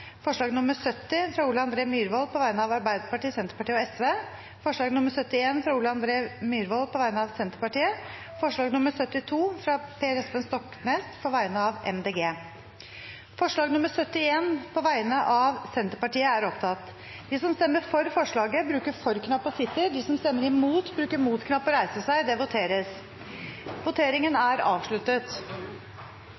forslag nr. 70, fra Ole André Myrvold på vegne av Arbeiderpartiet, Senterpartiet og Sosialistisk Venstreparti forslag nr. 71, fra Ole André Myrvold på vegne av Senterpartiet forslag nr. 72, fra Per Espen Stoknes, på vegne av Miljøpartiet De Grønne. Det voteres